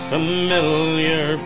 Familiar